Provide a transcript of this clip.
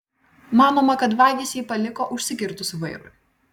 manoma kad vagys jį paliko užsikirtus vairui